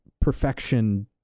perfection